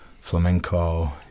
flamenco